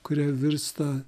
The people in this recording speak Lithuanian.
kurie virsta